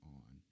on